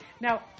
Now